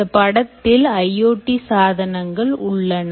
இந்த படத்தில் IoTசாதனங்கள் உள்ளன